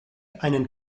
einen